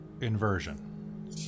Inversion